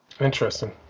interesting